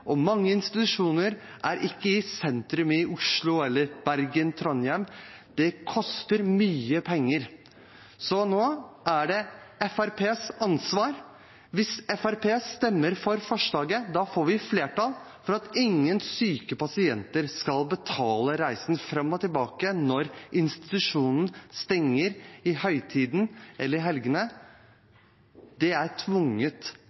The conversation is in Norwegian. Mange institusjoner ligger ikke i sentrum av Oslo, Bergen eller Trondheim, så det koster mye penger. Nå er det Fremskrittspartiets ansvar. Hvis Fremskrittspartiet stemmer for forslaget, får vi flertall for at ingen syke pasienter skal betale reisen fram og tilbake når institusjonen stenger i høytider eller